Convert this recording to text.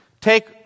take